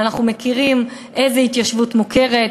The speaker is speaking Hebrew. אנחנו מכירים איזו התיישבות מוכרת,